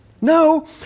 No